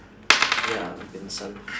ya I'm vincent